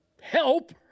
help